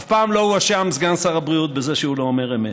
אף פעם לא הואשם סגן שר הבריאות בזה שהוא לא אומר אמת.